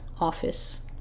office